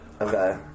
okay